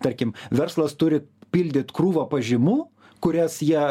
tarkim verslas turi pildyt krūvą pažymų kurias jie